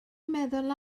meddwl